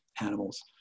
animals